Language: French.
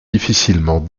difficilement